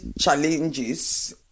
challenges